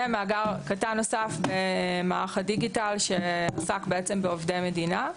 ומאגר קטן נוסף, מערך הדיגיטל, שעסק בעובדי מדינה.